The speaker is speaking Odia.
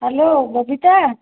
ହ୍ୟାଲୋ ବବିତା